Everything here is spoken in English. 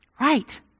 Right